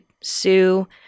Sue